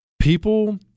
People